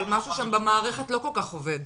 אבל משהו שם במערכת לא כל כך עובד.